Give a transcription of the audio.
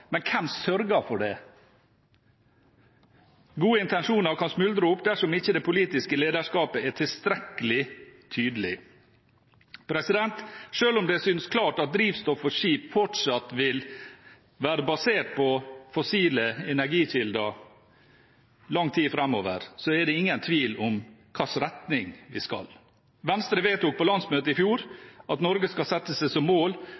men hvem sørger for det? Gode intensjoner kan smuldre opp dersom det politiske lederskapet ikke er tilstrekkelig tydelig. Selv om det synes klart at drivstoff for skip fortsatt vil være basert på fossile energikilder i lang tid framover, er det ingen tvil om i hvilken retning vi skal. Venstre vedtok på landsmøtet i fjor at Norge skal sette seg som mål